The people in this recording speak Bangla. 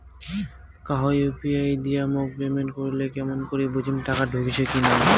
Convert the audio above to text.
কাহো ইউ.পি.আই দিয়া মোক পেমেন্ট করিলে কেমন করি বুঝিম টাকা ঢুকিসে কি নাই?